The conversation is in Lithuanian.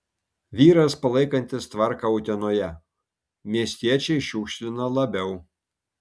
vyras palaikantis tvarką utenoje miestiečiai šiukšlina labiau